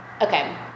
Okay